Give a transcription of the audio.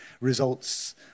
results